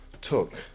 took